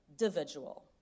individual